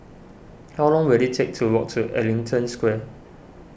how long will it take to walk to Ellington Square